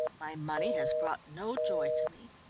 my money has brought no joy to me.